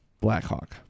Blackhawk